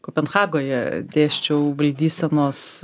kopenhagoje dėsčiau valdysenos